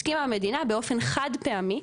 הסכימה המדינה, באופן חד פעמי,